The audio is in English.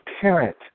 parent